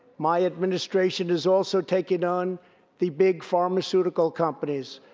my administration is also taking on the big pharmaceutical companies.